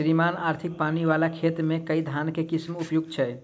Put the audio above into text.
श्रीमान अधिक पानि वला खेत मे केँ धान केँ किसिम उपयुक्त छैय?